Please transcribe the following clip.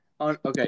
Okay